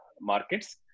markets